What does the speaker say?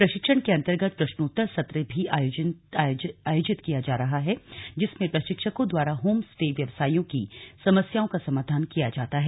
प्रशिक्षण के अन्तर्गत प्रश्नोत्तर सत्र भी आयोजन किया जा रहा है जिसमें प्रशिक्षकों द्वारा होम स्टे व्यवसाईयों की समस्याओं का समाधान किया जाता है